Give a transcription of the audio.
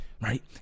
right